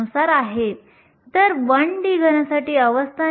म्हणून जर आपल्याला e f कुठे आहे हे माहित नसेल तर आपण n आणि p ची गणना करू शकणार नाही